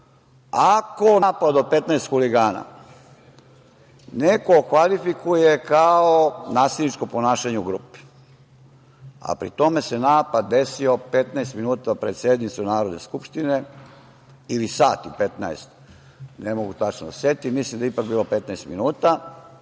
Ako napad od 15 huligana neko okvalifikuje kao nasilničko ponašanje u grupi, a pri tome se napad desio 15 minuta pred sednicu Narodne Skupštine ili sat i 15 minuta, ne mogu tačno da se setim, mislim da je ipak bilo 15 minuta,